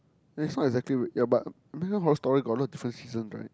ya it's not exactly ya but American-Horror-Story got a lot of different seasons right